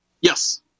Yes